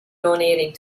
donating